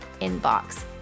inbox